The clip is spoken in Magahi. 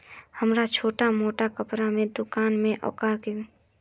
हमरा छोटो मोटा कपड़ा के दुकान है ओकरा लिए लोन मिलबे सके है?